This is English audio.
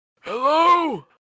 Hello